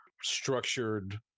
structured